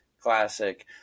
classic